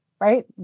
Right